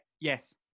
Yes